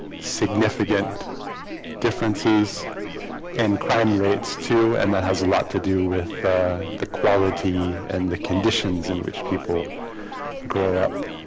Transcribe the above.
significant differences and crime rates too, and that has a lot to do with the quality and the conditions in which people grow up